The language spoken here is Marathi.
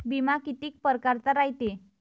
बिमा कितीक परकारचा रायते?